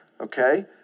okay